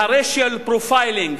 וה-profiling racial,